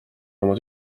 oma